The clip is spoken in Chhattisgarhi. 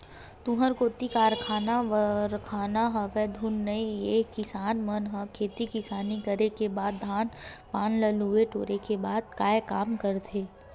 तुँहर कोती कारखाना वरखाना हवय धुन नइ हे किसान मन ह खेती किसानी करे के बाद धान पान ल लुए टोरे के बाद काय काम करथे?